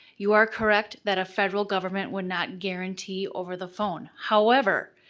you are correct that a federal government would not guarantee over the phone, however,